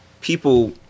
people